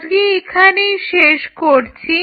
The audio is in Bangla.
আজকে এখানেই শেষ করছি